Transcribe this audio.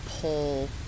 pull